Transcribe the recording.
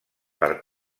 per